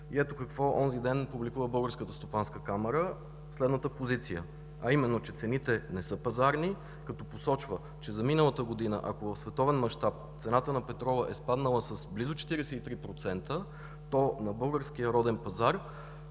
Ето какво публикува Българската стопанска камара онзи ден – следната позиция, че цените не са пазарни, като посочва, че за миналата година, ако в световен мащаб цената на петрола е спаднала с близо 43%, то на българския роден пазар